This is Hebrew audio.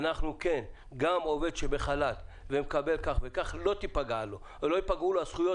גם עובד שבחל"ת ומקבל כספים לא ייפגעו לו הזכויות